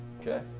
Okay